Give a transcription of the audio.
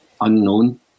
unknown